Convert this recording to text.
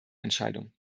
entscheidung